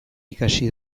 ikasi